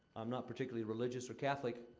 i'm not particularly religious or catholic.